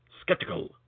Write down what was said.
Skeptical